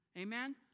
Amen